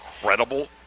incredible